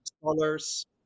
scholars